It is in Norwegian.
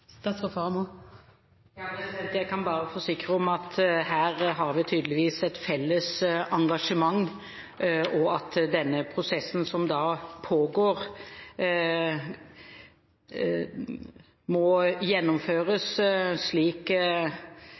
Jeg kan bare forsikre om at her har vi tydeligvis et felles engasjement, og denne prosessen som pågår, må gjennomføres slik